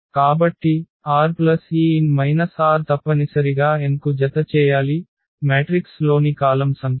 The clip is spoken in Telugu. కాబట్టి r ఈ n r తప్పనిసరిగా n కు జతచేయాలి మ్యాట్రిక్స్ లోని కాలమ్ సంఖ్య